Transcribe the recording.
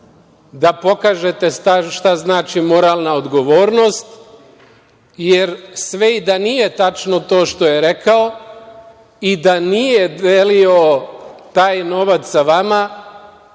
da pokažete šta znači moralna odgovornost, jer sve i da nije tačno to što je rekao i da nije delio taj novac sa vama,